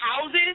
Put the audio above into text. houses